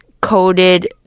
coated